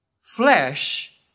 flesh